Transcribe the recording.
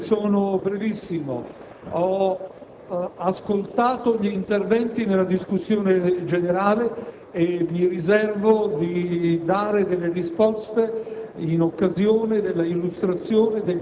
Signor Presidente, sarò brevissimo. Ho ascoltato gli interventi in discussione generale e mi riservo di dare risposte